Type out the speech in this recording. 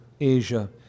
Asia